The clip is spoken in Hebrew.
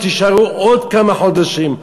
תישארו עוד כמה חודשים,